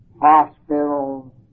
hospitals